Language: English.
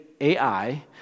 AI